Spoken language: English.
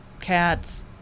cats